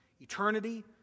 eternity